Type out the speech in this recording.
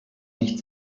nicht